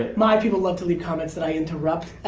ah my people love to leave comments that i interrupt